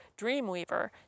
Dreamweaver